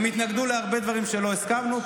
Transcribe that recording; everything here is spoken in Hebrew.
הם התנגדו להרבה דברים שלא הסכמנו,